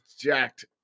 jacked